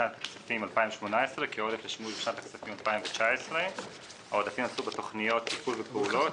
משנת הכספים 2018 כעודף לשנת הכספים 2019. העודפים עסקו בתוכניות: תפעול ופעולות,